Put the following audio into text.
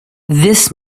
this